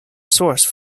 source